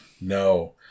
No